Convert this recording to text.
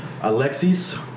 Alexis